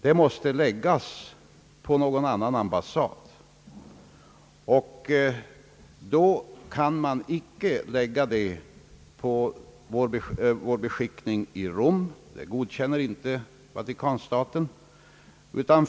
Den uppgiften måste läggas på någon av våra ambassader, men den kan icke läggas på vår beskickning i Rom, ty en sådan ordning godkänner icke Vatikanstaten.